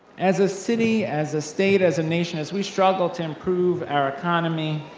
as a city, as a state, as a nation, as we struggle to improve our economy,